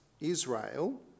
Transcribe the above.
Israel